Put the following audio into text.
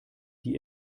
die